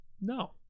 no